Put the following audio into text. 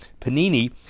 Panini